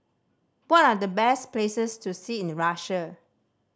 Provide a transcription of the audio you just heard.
what are the best places to see in Russia